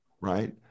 right